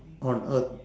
on earth